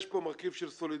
יש פה מרכיב של סולידריות,